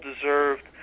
deserved